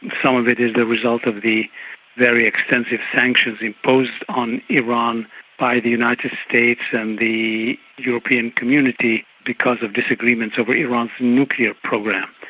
some of it is the result of the very extensive sanctions imposed on iran by the united states and the european community because of disagreements over iran's nuclear program.